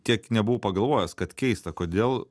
tiek nebuvau pagalvojęs kad keista kodėl